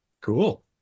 cool